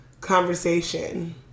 conversation